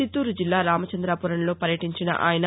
చిత్తూరు జిల్లా రామచందాపురంలో పర్యటీంచిన ఆయస